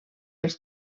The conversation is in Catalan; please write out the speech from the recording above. els